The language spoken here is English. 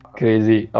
crazy